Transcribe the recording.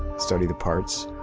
study the parts,